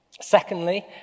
secondly